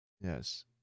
Yes